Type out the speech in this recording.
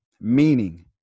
meaning